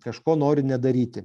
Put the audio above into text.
kažko nori nedaryti